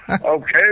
Okay